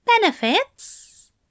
Benefits